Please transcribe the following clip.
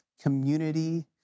community